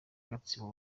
gatsibo